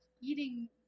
eating